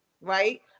right